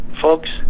folks